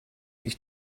ich